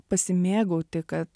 pasimėgauti kad